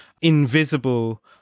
invisible